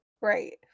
right